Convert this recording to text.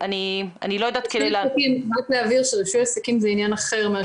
רק להבהיר, חוק רישוי עסקים הוא עניין אחר.